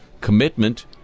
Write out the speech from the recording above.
commitment